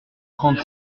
trente